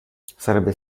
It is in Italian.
sarebbe